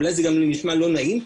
אולי זה גם נשמע לא נעים,